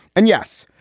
and yes,